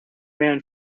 ran